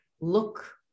look